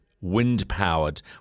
wind-powered